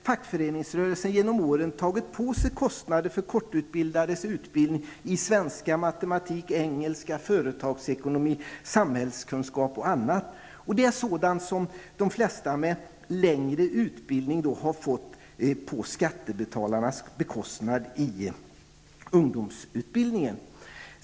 Fackföreningsrörelsen har genom åren tagit på sig kostnader för kortutbildades utbildning i svenska, matematik, engelska, företagsekonomi, samhällskunskap m.m. Det är sådant som de flesta med längre utbildning har fått på skattebetalarnas bekostnad i ungdomsutbildningen.